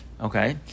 Okay